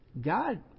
God